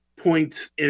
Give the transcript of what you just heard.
points